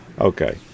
Okay